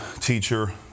teacher